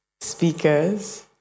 speakers